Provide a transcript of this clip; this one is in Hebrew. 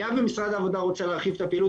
היה ומשרד העבודה רוצה להרחיב את הפעילות,